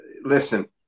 listen